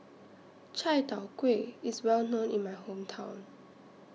Chai Tow Kway IS Well known in My Hometown